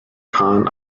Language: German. kahn